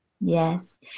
Yes